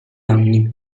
anni